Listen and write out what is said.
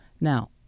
Now